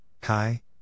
Kai